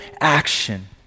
action